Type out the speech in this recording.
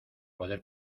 poder